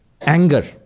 anger